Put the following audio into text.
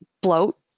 bloat